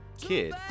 kid